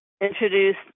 introduced